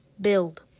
Build